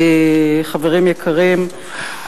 חברים יקרים,